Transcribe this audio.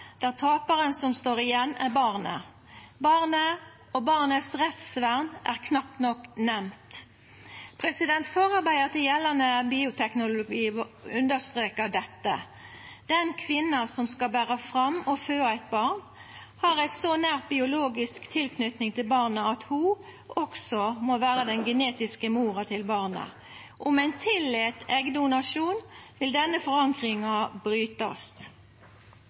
barnet. Barnet og barnet sitt rettsvern er knapt nok nemnt. Forarbeida til gjeldande bioteknologilov understrekar: «Den kvinnen som skal bære fram og føde et barn har en så nær biologisk tilknytning til barnet at hun også må være barnets genetiske mor.» Om ein tillèt eggdonasjon, vil denne forankringa